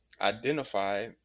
identify